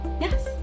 yes